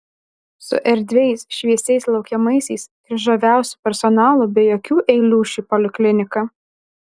su erdviais šviesiais laukiamaisiais ir žaviausiu personalu be jokių eilių ši poliklinika